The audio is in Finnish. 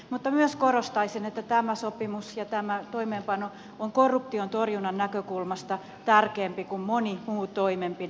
mutta myös korostaisin että tämä sopimus ja tämä toimeenpano ovat korruption torjunnan näkökulmasta tärkeämpiä kuin moni muu toimenpide